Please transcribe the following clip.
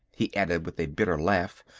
he added with a bitter laugh,